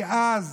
מאז